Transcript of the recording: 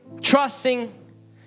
Trusting